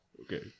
Okay